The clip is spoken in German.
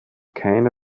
keine